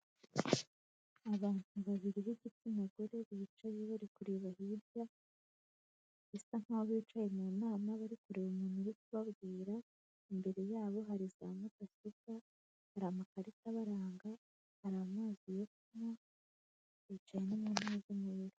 Abantu babiri b'igitsina gore bicaye bari kureba hirya bisa nkaho bicaye mu nama bari kureba umuntu uri kubabwira, imbere yabo hari za mudasoka, hari amakarita abaranga hari amazi yo kunywa bicaye mu ntebe nziza.